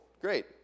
great